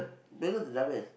Megan's a dumb ass